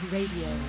Radio